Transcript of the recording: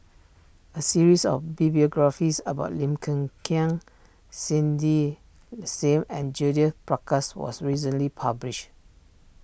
a series of be biographies about Lim Kiang Cindy Sim and Judith Prakash was recently published